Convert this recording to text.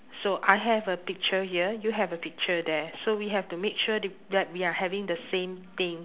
so I have a picture here you have a picture there so we have to make sure th~ that we are having the same thing